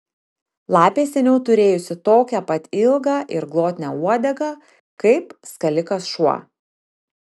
lapė seniau turėjusi tokią pat ilgą ir glotnią uodegą kaip skalikas šuo